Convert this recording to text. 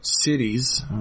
cities